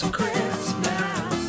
Christmas